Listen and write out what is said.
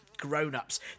grown-ups